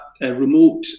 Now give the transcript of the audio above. remote